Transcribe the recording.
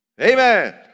Amen